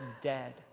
dead